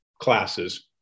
classes